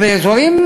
באזורים,